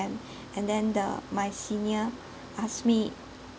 and the my senior asked me